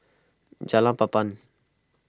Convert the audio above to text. Jalan Papan